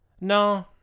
No